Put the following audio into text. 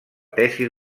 tesi